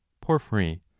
Porphyry